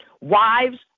Wives